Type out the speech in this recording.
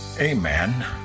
Amen